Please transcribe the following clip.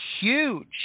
huge